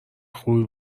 خوبی